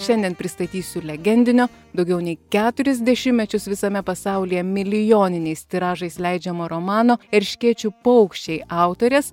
šiandien pristatysiu legendinio daugiau nei keturis dešimtmečius visame pasaulyje milijoniniais tiražais leidžiamo romano erškėčių paukščiai autorės